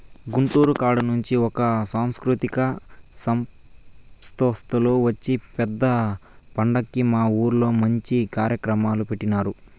గుంటూరు కాడ నుంచి ఒక సాంస్కృతిక సంస్తోల్లు వచ్చి పెద్ద పండక్కి మా ఊర్లో మంచి కార్యక్రమాలు పెట్టినారు